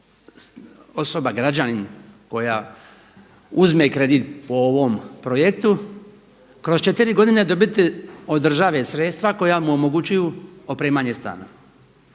osoba, građanin koja uzme kredit po ovom projektu kroz četiri godine dobiti od države sredstva koja mu omogućuju opremanje stana.